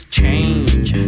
change